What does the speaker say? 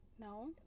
No